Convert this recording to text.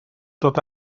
dod